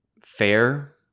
fair